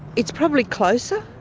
it's probably closer.